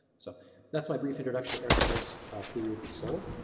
so that's my brief introduction to aristotle's theory of the soul.